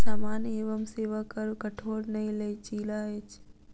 सामान एवं सेवा कर कठोर नै लचीला अछि